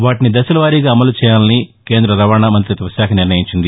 వాటిని దశలవారీగా అమలు చేయాలని కేంద్ర రవాణా మంతిత్వశాఖ నిర్ణయించింది